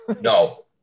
No